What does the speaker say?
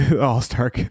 all-star